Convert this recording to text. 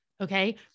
okay